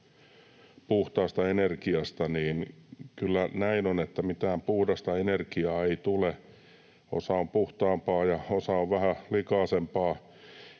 puhtaasta energiasta, niin kyllä näin on, että mitään puhdasta energiaa ei tule, osa on puhtaampaa ja osa on vähän likaisempaa.